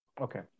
Okay